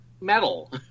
metal